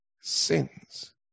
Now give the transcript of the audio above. sins